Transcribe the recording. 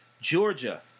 Georgia